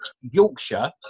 Yorkshire